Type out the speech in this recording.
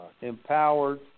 empowered